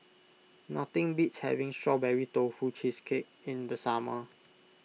nothing beats having Strawberry Tofu Cheesecake in the summer